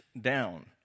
down